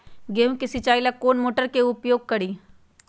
गेंहू के सिंचाई ला कौन मोटर उपयोग करी?